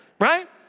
right